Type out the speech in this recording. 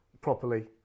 properly